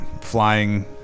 flying